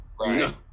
Right